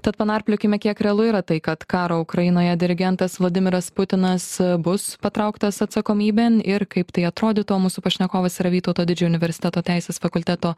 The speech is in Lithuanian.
tad panarpliokime kiek realu yra tai kad karo ukrainoje dirigentas vladimiras putinas bus patrauktas atsakomybėn ir kaip tai atrodytų mūsų pašnekovas yra vytauto didžiojo universiteto teisės fakulteto